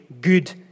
good